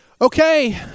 Okay